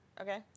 Okay